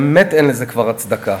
באמת אין לזה כבר הצדקה.